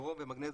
ברום ומגנזיום,